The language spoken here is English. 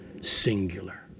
singular